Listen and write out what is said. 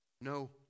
no